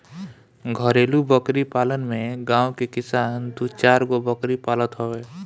घरेलु बकरी पालन में गांव के किसान दू चारगो बकरी पालत हवे